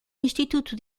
instituto